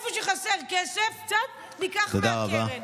איפה שחסר כסף, ניקח מהקרן.